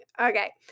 Okay